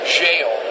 jail